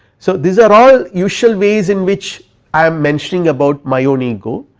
so, these are all usual ways in which i am mentioning about my own ego,